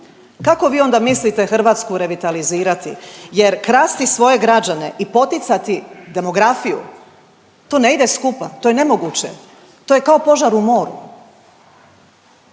Kako vi onda mislite Hrvatsku revitalizirati jer krasti svoje građane i poticati demografiju to ne ide skupa, to je nemoguće, to je kao požar u moru.